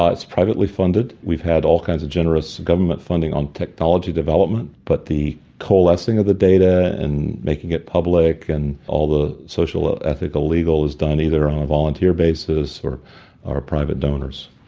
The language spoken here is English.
ah it's privately funded. we've had all kinds of generous government funding on technology development, but the coalescing of the data and making it public and all the social, ethical, legal is done either on a volunteer basis, or our private donors.